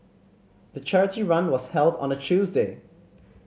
the charity run was held on a Tuesday